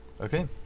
okay